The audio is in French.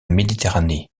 méditerranée